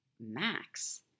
max